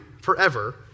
forever